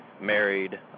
married